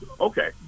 okay